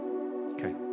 Okay